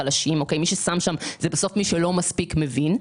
מי שמפקיד שם זה בסוף מי שלא מספיק מבין,